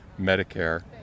Medicare